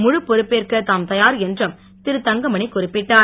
முழு பொறுப்பேற்க தாம் தயார் என்றும் திருதங்கமணி குறிப்பிட்டார்